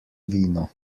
vino